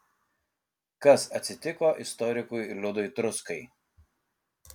kas atsitiko istorikui liudui truskai